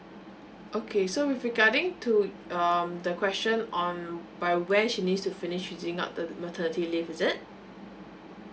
okay so with regarding to um the question on by when she needs to finish using up the maternity leave is it